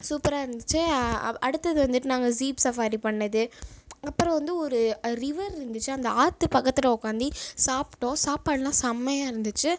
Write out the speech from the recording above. சூப்பராக இருந்துச்சு அ அடுத்தது வந்துட்டு நாங்கள் ஸீப் சஃபாரி பண்ணது அப்புறம் வந்து ஒரு ரிவர் இருந்துச்சு அந்த ஆற்றுப் பக்கத்தில் உக்காந்து சாப்பிட்டோம் சாப்பாடெலாம் செம்மையாக இருந்துச்சு